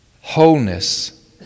wholeness